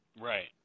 Right